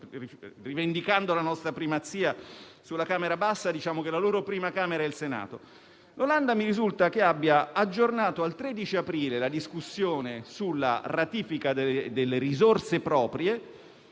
rivendicando la nostra primazia sulla Camera bassa, diciamo che la loro prima Camera è il Senato - ha aggiornato al 13 aprile la discussione sulla ratifica delle risorse proprie,